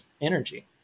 energy